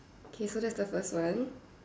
okay so that's the first one